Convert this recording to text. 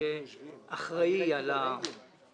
ששני המסלולים נשמרים.